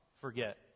forget